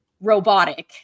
robotic